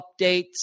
updates